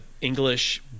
english